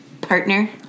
partner